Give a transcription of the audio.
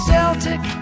Celtic